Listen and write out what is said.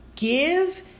give